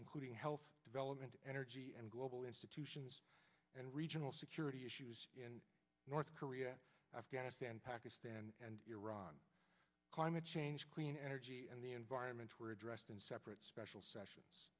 including health development energy and global institutions and regional security issues in north korea afghanistan pakistan and iran climate change clean energy and the environment were addressed in separate special sessions